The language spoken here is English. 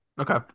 Okay